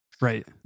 right